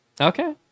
Okay